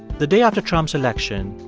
the day after trump's election,